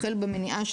החל במניעה,